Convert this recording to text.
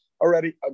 Already